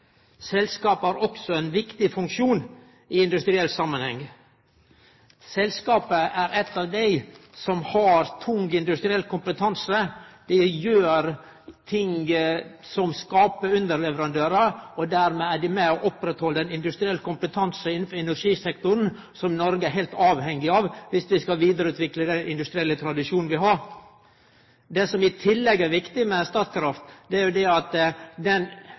Selskapet har også ein viktig funksjon i industriell samanheng. Selskapet er eit av dei selskapa som har tung industriell kompetanse. Dei gjer ting som skaper underleverandørar, og dermed er dei med på å halde oppe ein industriell kompetanse i industrisektoren som Noreg er heilt avhengig av viss vi skal vidareutvikle den industrielle tradisjonen vi har. Det som i tillegg er viktig med Statkraft, er at den